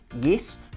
Yes